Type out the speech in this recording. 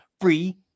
free